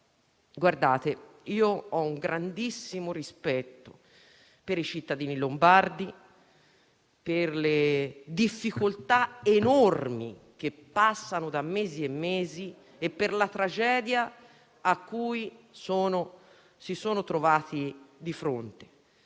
Guardate, ho un grandissimo rispetto per i cittadini lombardi, per le difficoltà enormi che affrontano da mesi e mesi per la tragedia che si sono trovati di fronte.